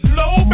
low